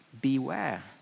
beware